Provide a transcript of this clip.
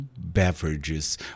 beverages